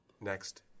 Next